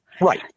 Right